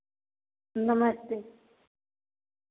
नमस्ते